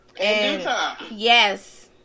Yes